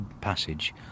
passage